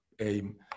aim